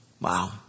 Wow